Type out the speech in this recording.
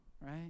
right